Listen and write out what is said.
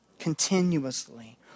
continuously